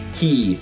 key